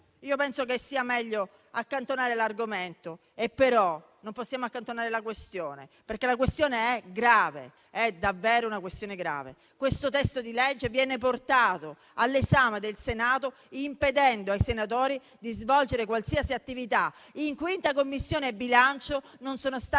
Penso che sia meglio accantonare l'argomento; però non possiamo accantonare la questione, perché è davvero grave. Questo testo di legge viene portato all'esame del Senato impedendo ai senatori di svolgere qualsiasi attività. In 5a Commissione bilancio non sono stati